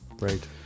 Right